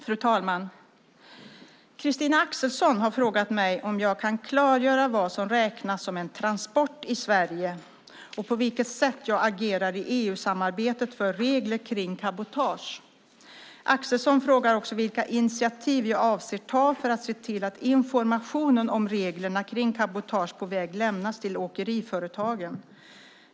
Fru talman! Christina Axelsson har frågat mig om jag kan klargöra vad som räknas som en transport i Sverige och på vilket sätt jag agerar i EU-samarbetet för regler kring cabotage. Axelsson frågar också vilka initiativ jag avser att ta för att se till att informationen om reglerna kring cabotage på väg lämnas till åkeriföretagen.